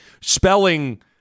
spelling